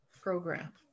program